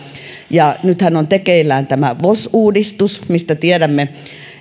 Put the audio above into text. nythän on tekeillä tämä vos uudistus mistä tiedämme